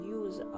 use